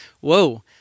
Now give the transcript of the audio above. Whoa